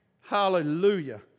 Hallelujah